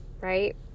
Right